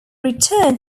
returned